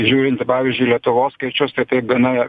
žiūrint į pavyzdžiui lietuvos skaičius tai taip gana